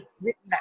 written